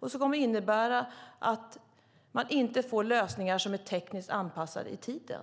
Det kommer att innebära att man inte får lösningar som är tekniskt anpassade i tiden.